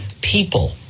people